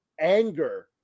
anger